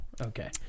Okay